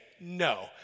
no